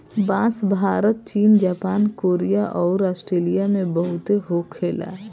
बांस भारत चीन Japan Korea अउर आस्ट्रेलिया में बहुते होखे ला